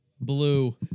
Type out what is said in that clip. blue